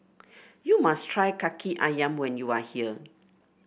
you must try kaki ayam when you are here